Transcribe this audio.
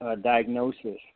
diagnosis